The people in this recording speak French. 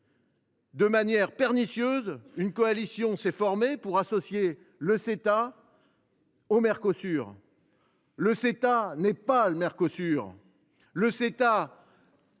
De manière pernicieuse, une coalition s’est formée pour associer le Ceta au Mercosur. Or le Ceta n’est pas le Mercosur. Nous